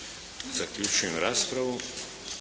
Zaključujem raspravu.